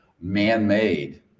Man-made